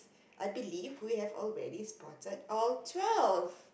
I believe we have already spotted all twelve